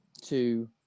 two